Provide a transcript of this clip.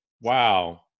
wow